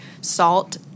salt